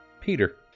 peter